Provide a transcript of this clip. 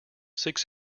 six